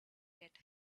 get